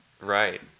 Right